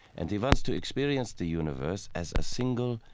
and he wants to experience the universe as a single,